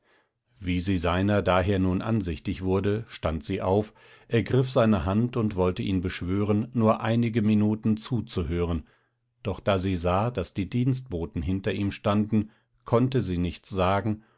wie sie seiner daher nun ansichtig wurde stand sie auf ergriff seine hand und wollte ihn beschwören nur einige minuten zuzuhören doch da sie sah daß die dienstboten hinter ihm standen konnte sie nichts sagen